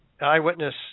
eyewitness